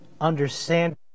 understand